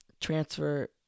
transfer